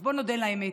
אז בואו נודה על האמת,